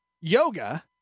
Yoga